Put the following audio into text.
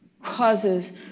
Causes